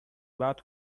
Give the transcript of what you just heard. bath